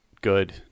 good